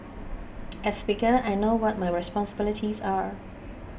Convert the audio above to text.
as speaker I know what my responsibilities are